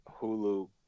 hulu